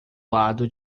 lado